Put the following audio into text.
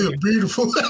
beautiful